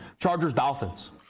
Chargers-Dolphins